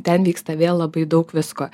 ten vyksta vėl labai daug visko